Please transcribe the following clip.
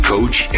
Coach